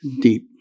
deep